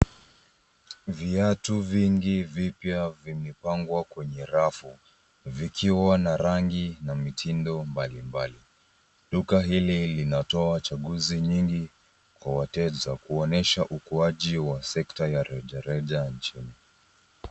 Viatu vingi vipya vimepangwa kwenye rafu zikiwa na rangi na mitindo mbalimbali. Duka hili lina toa chaguzi nyingi kwa wateja kuonyesha ukuaji wa sekta ya rejareja nchini.